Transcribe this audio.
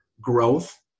growth